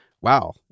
wow